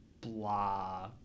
blah